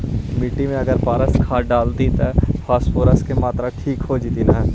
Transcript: मिट्टी में अगर पारस खाद डालबै त फास्फोरस के माऋआ ठिक हो जितै न?